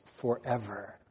forever